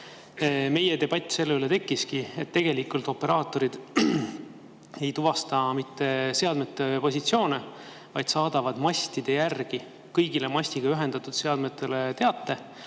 Meie debatt selle üle tekkiski, et tegelikult operaatorid ei tuvasta mitte seadmete positsioone, vaid saadavad kõigile mastiga ühendatud seadmetele teate,